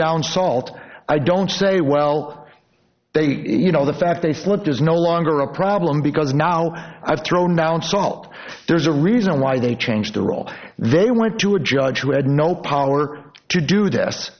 down salt i don't say well they you know the fact they thought there's no longer a problem because now i've thrown down salt there's a reason why they changed the role they went to a judge who had no power to do this